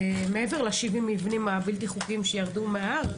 מעבר ל-70 המבנים הבלתי חוקיים שירדו מן ההר,